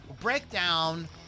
Breakdown